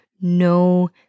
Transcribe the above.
no